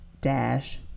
dash